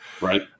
Right